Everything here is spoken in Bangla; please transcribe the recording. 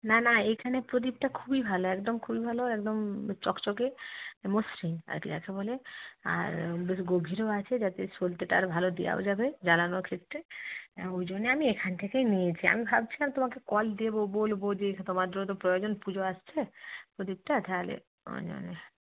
না না এখানে প্রদীপটা খুবই ভালো একদম খুবই ভালো একদম চকচকে মসৃণ আর কি যাকে বলে আর বেশ গভীরও আছে যাতে সলতেটা আরো ভালো দেওয়াও যাবে জ্বালানোর ক্ষেত্রে ওই জন্যে আমি এখান থেকেই নিয়েছি আমি ভাবছিলাম তোমাকে কল দেবো বলবো যে তোমার জন্য তো প্রয়োজন পুজো আসছে প্রদীপটা তাহলে ওই জন্যে